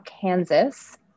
Kansas